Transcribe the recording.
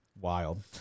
Wild